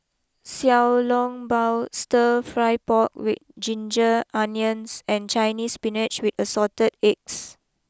Xiao long Bao Stir Fry Pork with Ginger Onions and Chinese spinach with assorted eggs